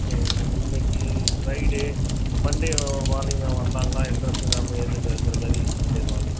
சரிங்க மேம் இன்னைக்கு Friday Monday morning வரலாங்களா எண்ட்ரன்ஸ் எக்ஸாம் எழுதிட்டு எழுதுற மாதிரி மண்டே மார்னிங்